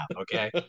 okay